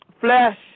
Flesh